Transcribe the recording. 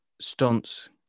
stunts